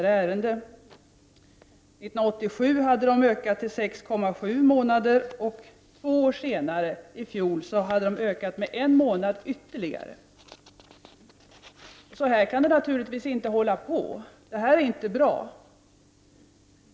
År 1987 hade handläggningstiden ökat till 6,7 månader, och två år senare, i fjol, hade den ökat med ytterligare en månad. Så här kan det naturligtvis inte fortsätta. Det är inte bra.